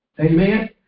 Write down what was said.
Amen